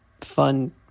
fun